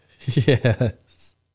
Yes